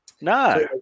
No